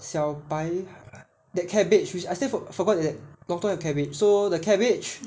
小白 that cabbage which I still for~ forgot that lontong have cabbage so the cabbage